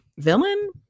villain